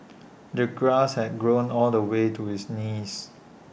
the grass had grown all the way to his knees